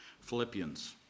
Philippians